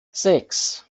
sechs